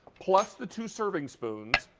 plus the two serving spoons,